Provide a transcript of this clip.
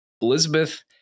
Elizabeth